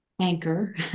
anchor